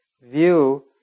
view